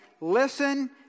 listen